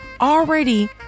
already